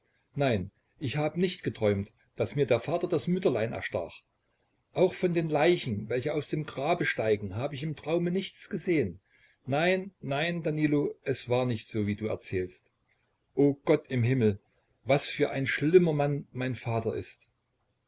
nein ich hab nicht geträumt daß mir der vater das mütterlein erstach auch von den leichen welche aus dem grabe steigen hab ich im traume nichts gesehn nein nein danilo es war nicht so wie du erzählst o gott im himmel was für ein schlimmer mann mein vater ist